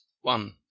one